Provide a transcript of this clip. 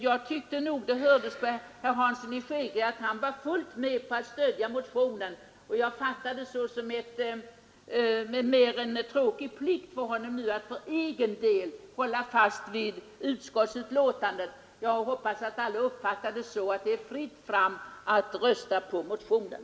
Jag tyckte nog att det hördes på herr Hansson i Skegrie att han var fullt med på att stödja motionen, och jag fattar hans anförande mera som en tråkig plikt för honom att hålla fast vid utskottsbetänkandet. Jag hoppas att alla uppfattar det så att det är fritt fram att rösta på motionen.